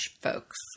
folks